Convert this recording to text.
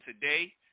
Today